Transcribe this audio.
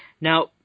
Now